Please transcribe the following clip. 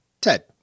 Ted